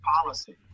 policy